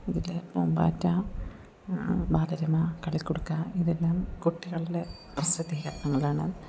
ഇതിൽ പൂമ്പാറ്റ ബാലരമ കളിക്കുടുക്ക ഇതെല്ലാം കുട്ടികളുടെ പ്രസിദ്ധീകരണങ്ങളാണ്